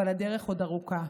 אבל הדרך עוד ארוכה,